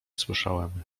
słyszałem